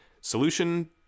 solution